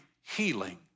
healing